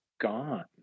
gone